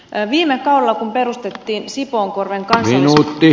viime kaudella kun perustettiin sipoonkorven kansallispuisto